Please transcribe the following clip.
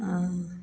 ओ